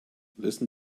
listen